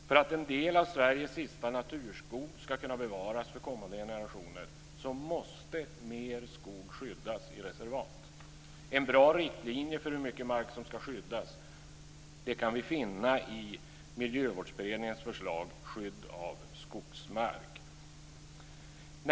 För att en del av Sveriges sista naturskog ska kunna bevaras för kommande generationer måste mer skog skyddas i reservat. En bra riktlinje för hur mycket mark som ska skyddas kan vi finna i Miljövårdsberedningens förslag i betänkandet Skydd av skogsmark.